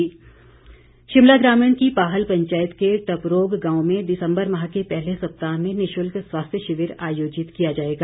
camp Shimla ग्रामीण की पाहल पंचायत के टपरोग गांव में दिसम्बर माह के पहले सप्ताह में निशुल्क स्वास्थ्य शिविर आयोजित किया जाएगा